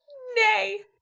nay,